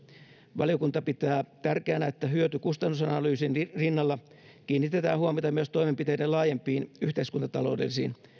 valiokunta pitää tärkeänä että hyöty kustannus analyysin rinnalla kiinnitetään huomiota myös toimenpiteiden laajempiin yhteiskuntataloudellisiin